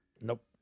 Nope